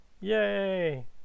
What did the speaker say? yay